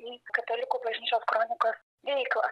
į katalikų bažnyčios kronikos veiklą